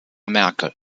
merkel